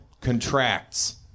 Contracts